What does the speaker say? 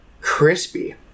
crispy